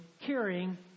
caring